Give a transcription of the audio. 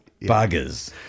buggers